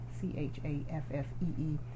C-H-A-F-F-E-E